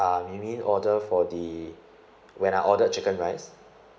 uh you mean order for the when I ordered chicken rice